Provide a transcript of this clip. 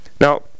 Now